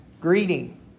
greeting